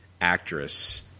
actress